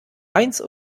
eins